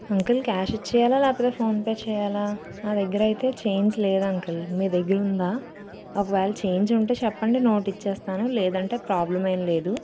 uncle cash ఇవ్వాలా లేకపోతే PhonePe చేయలా నా దగ్గర అయితే చేంజ్ లేదు అంకుల్ మీ దగ్గర ఉందా ఒకవేళ చేంజ్ ఉంటే చెప్పండి నోట్ ఇస్తాను లేదంటే ప్రాబ్లమ్ ఏమి లేదు